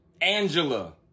Angela